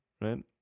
right